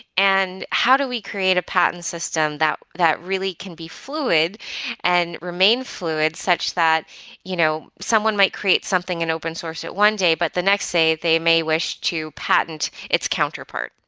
and how do we create a patent system that that really can be fluid and remain fluid such that you know someone someone might create something and open source it one day, but the next day they may wish to patent its counterpart.